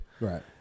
right